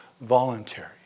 Voluntary